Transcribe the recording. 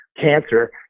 cancer